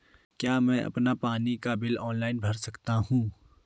क्या मैं अपना पानी का बिल ऑनलाइन भर सकता हूँ?